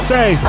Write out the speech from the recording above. Say